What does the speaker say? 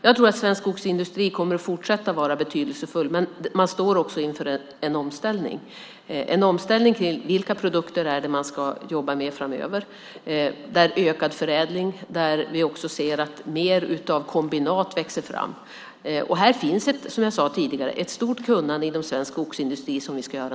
Jag tror att svensk skogsindustri kommer att fortsätta att vara betydelsefull, men man står också inför en omställning. Det handlar om vilka produkter man ska jobba med framöver och om ökad förädling. Vi ser att det växer fram mer av kombinat. Som jag sade tidigare finns det ett stort kunnande inom svensk skogsindustri.